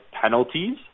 penalties